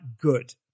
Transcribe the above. good